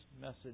message